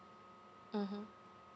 mmhmm